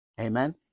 Amen